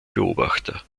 beobachter